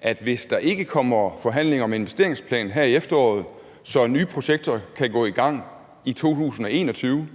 at hvis der ikke kommer forhandlinger om en investeringsplan her i efteråret, så nye projekter kan gå i gang i 2021,